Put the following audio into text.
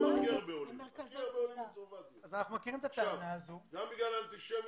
הרי יהיו הכי הרבה עולים מצרפת גם בגלל הקורונה